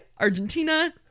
Argentina